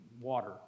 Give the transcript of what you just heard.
water